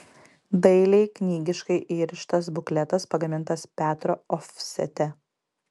dailiai knygiškai įrištas bukletas pagamintas petro ofsete